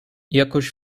jakoś